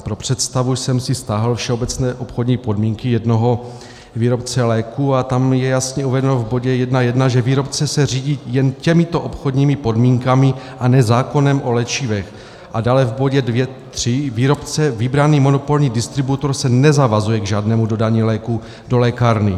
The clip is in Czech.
Pro představu jsem si stáhl všeobecné obchodní podmínky jednoho výrobce léků a tam je jasně uvedeno v bodě 1.1, že výrobce se řídí jen těmito obchodními podmínkami, a ne zákonem o léčivech, a dále v bodě 2.3 výrobce vybraný monopolní distributor se nezavazuje k žádnému dodání léků do lékárny.